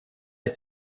ist